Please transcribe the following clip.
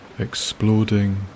Exploding